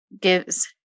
gives